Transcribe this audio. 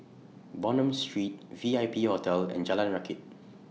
Bonham Street V I P Hotel and Jalan Rakit